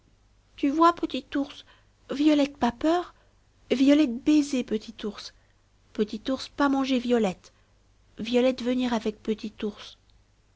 tu vois petit ours violette pas peur violette baiser petit ours petit ours pas manger violette violette venir avec petit ours